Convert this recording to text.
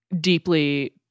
deeply